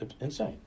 insane